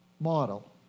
model